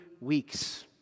weeks